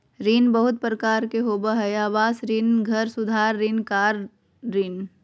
ऋण बहुत प्रकार के होबा हइ आवास ऋण, घर सुधार ऋण, कार ऋण